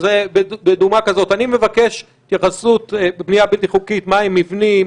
אני מבקש התייחסות בבנייה בלתי חוקית מהם מבנים,